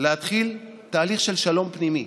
להתחיל תהליך של שלום פנימי,